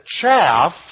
chaff